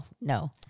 no